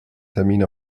termin